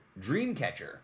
Dreamcatcher